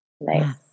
Nice